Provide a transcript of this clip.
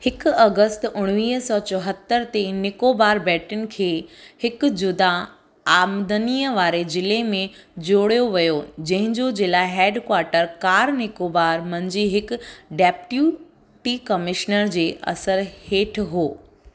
हिकु अगस्ट उणिवीह सौ चोहतरि ते निकोबार बेटनि खे हिकु जुदा आमदनीअ वारे ज़िले में जोड़ियो वियो जंहिं जो ज़िला हेडक्वाटर कार निकोबार मंझि हिक डेप्युटी कमिशनर जे असर हेठि हो